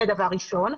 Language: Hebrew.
זה דבר ראשון.